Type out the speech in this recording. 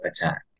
attack